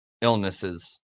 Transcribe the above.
illnesses